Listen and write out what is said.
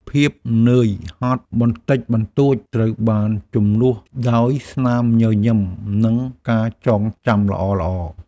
ភាពនឿយហត់បន្តិចបន្តួចត្រូវបានជំនួសដោយស្នាមញញឹម និងការចងចាំល្អៗ។